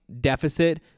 deficit